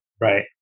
Right